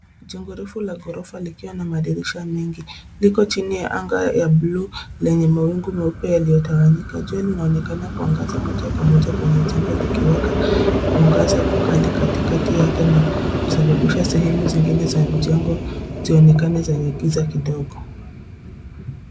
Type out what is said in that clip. Jengo refu la ghorofa likiwa na madirisha mengi. Liko chini ya anga ya buluu lenye mawingu meupe yaliyotawanyinga. Jua linaonekana kuangaza kwa moja kwenye jengo likiweka mwangaza kali katikati yake na kusababisha sehemu zingine za jengo zionekane giza kidogo.